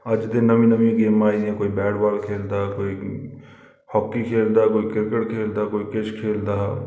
अज्ज ते नमीं नमीं गेमां आई दिया कोई बैट बॉल खेढदा कोई क्रिकेट खेढदा कोई हॉकी खेढदा कोई किश खेढदा